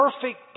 perfect